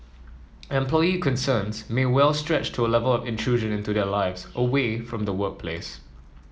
employee concerns may well stretch to A Level of intrusion into their lives away from the workplace